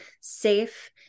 safe